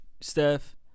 Steph